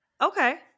Okay